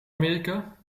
amerika